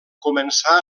començà